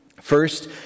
First